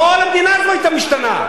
כל המדינה הזאת היתה משתנה.